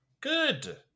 good